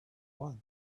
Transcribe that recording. once